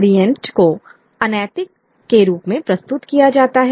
ओरिएंटपूर्वी को अनैतिक के रूप में प्रस्तुत किया जाता है